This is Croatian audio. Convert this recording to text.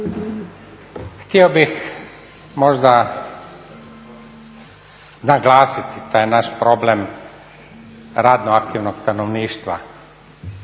Htio bih možda naglasiti taj naš problem radno aktivnog stanovništva